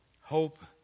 Hope